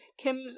Kim's